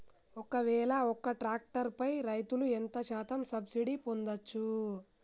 ఒక్కవేల ఒక్క ట్రాక్టర్ పై రైతులు ఎంత శాతం సబ్సిడీ పొందచ్చు?